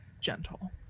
gentle